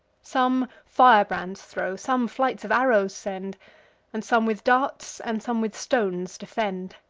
some firebrands throw, some flights of arrows send and some with darts, and some with stones defend.